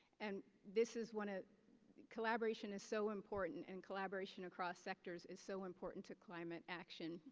and this is when a collaboration is so important. and collaboration across sectors is so important to climate action.